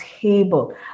table